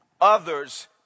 Others